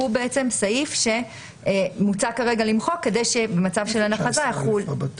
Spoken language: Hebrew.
שהוא בעצם סעיף שמוצע כרגע למחוק כדי שבמצב שאין הכרזה יחול.